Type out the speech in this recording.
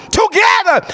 together